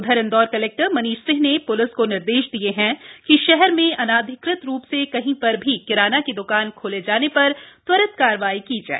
उधर इंदौर कलेक्टर मनीष सिंह ने प्लिस को निर्देश दिए हैं कि शहर में अनाधिकृत रूप से कहीं पर भी किराना की दकान खोले जाने पर त्वरित कार्यवाही की जाए